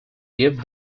give